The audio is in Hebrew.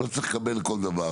לא צריך לקבל כל דבר.